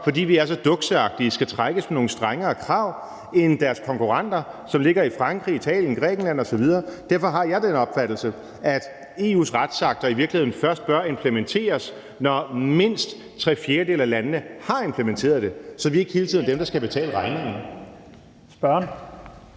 fordi vi er så dukseagtige, skal trækkes med nogle strengere krav end deres konkurrenter, som ligger i Frankrig, Italien, Grækenland osv. Derfor har jeg den opfattelse, at EU's retsakter i virkeligheden først bør implementeres, når mindst tre fjerdedele af landene har implementeret dem, så vi ikke hele tiden er dem, der skal betale regningen. Kl.